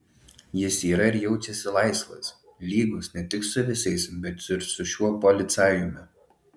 jis yra ir jaučiasi laisvas lygus ne tik su visais bet ir su šiuo policajumi